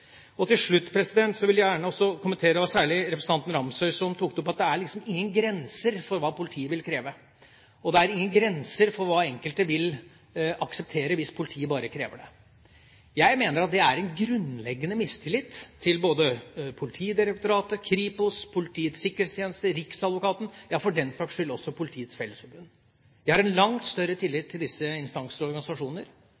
straffedømt. Til slutt vil jeg gjerne kommentere – det var særlig representanten Ramsøy som tok opp det – at det liksom ikke er noen «grenser» for hva politiet vil kreve, og at det ikke er noen grenser for hva enkelte vil akseptere, hvis bare politiet krever det. Jeg mener at det er en grunnleggende mistillit til både Politidirektoratet, Kripos, Politiets sikkerhetstjeneste, riksadvokaten – ja, for den saks skyld også Politiets Fellesforbund. Jeg har langt større